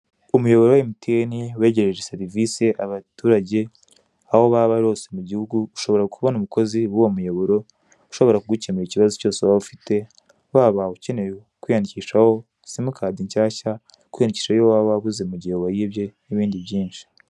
Ku muyoboro wa Mtn begereje serivise abaturage aho waba uri hose mu gihugu ushobora kubona umukozi w'uwo muyoboro ushobora kugukemurira ikibazo cyose waba ufite waba ukeneye kwiyandikishaho simukadi nshyashya, kwiyandikishaho iyo waba wabuze mu gihe bayibye n'ibindi byinshi.